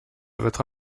votre